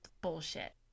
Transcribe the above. bullshit